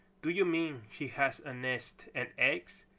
do you mean she has a nest and eggs?